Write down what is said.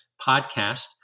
podcast